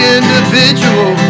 individual